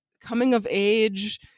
coming-of-age